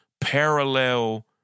parallel